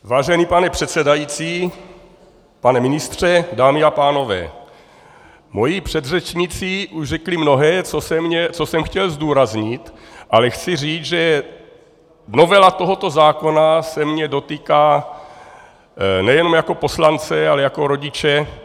Vážený pane předsedající, pane ministře, dámy a pánové, moji předřečníci už řekli mnohé, co jsem chtěl zdůraznit, ale chci říct, že novela tohoto zákona se mě dotýká nejenom jako poslance, ale jako rodiče.